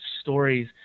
stories